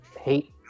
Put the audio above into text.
hate